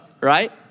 right